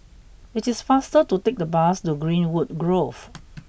it is faster to take the bus to Greenwood Grove